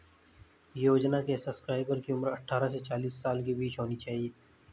योजना के सब्सक्राइबर की उम्र अट्ठारह से चालीस साल के बीच होनी चाहिए